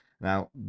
Now